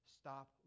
stop